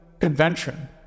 convention